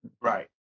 Right